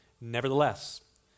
Nevertheless